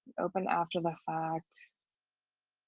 open after the fact